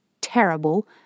terrible